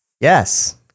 Yes